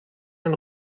den